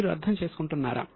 మీరు అర్థం చేసుకుంటున్నారా